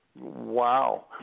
Wow